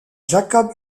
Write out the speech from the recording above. jakob